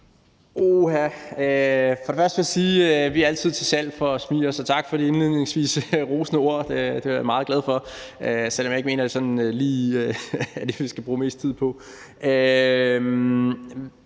Uha, først vil jeg sige, at vi altid er til salg for smiger, så tak for de indledningsvis rosende ord. Det er jeg meget glad for, selv om jeg ikke mener, at det lige er det, vi skal bruge mest tid på.